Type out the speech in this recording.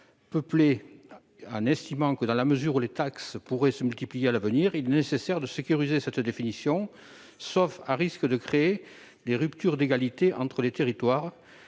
peuplée. Dans la mesure où les taxes pourraient se multiplier à l'avenir, il est nécessaire de sécuriser cette définition, sauf à créer des ruptures d'égalité entre les territoires,